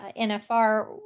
NFR